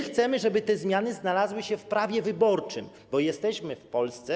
Chcemy, żeby te zmiany znalazły się w prawie wyborczym, bo jesteśmy w Polsce.